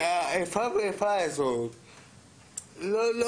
האיפה ואיפה הזו לא מכבדת, לא